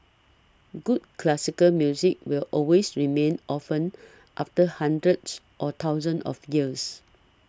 good classical music will always remain often after hundreds or thousands of years